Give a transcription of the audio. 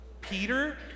Peter